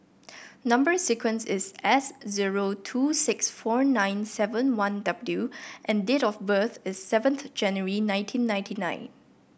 number sequence is S zero two six four nine seven one W and date of birth is seventh January nineteen ninety nine